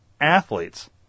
athletes